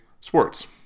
sports